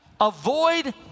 Avoid